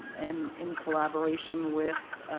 and in collaboration with